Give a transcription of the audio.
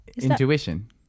intuition